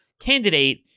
candidate